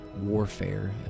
warfare